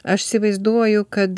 aš įsivaizduoju kad